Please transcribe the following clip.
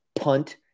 punt